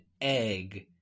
Egg